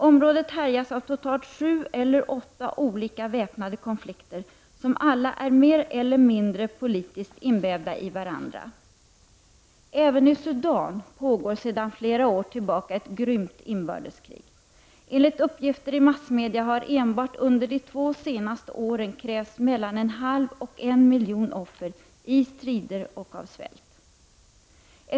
Området härjas av totalt sju eller åtta olika väpnade konflikter, som alla är mer eller mindre politiskt invävda i varandra. Även i Sudan pågår sedan flera år tillbaka ett grymt inbördeskrig. Enligt uppgifter i massmedia har enbart under de två senaste åren krävts mellan en halv och en miljon offer i strider och av svält.